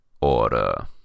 order